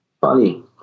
funny